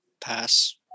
Pass